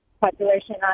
population